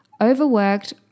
overworked